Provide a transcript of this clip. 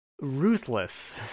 ruthless